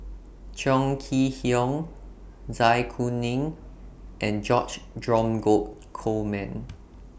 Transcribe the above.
Chong Kee Hiong Zai Kuning and George Dromgold Coleman